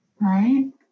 right